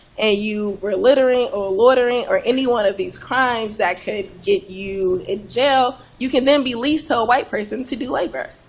you were littering or loitering or any one of these crimes that could get you in jail, you can then be leased so a white person to do labor.